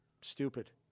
stupid